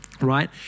right